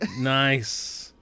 nice